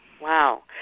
Wow